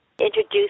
introduce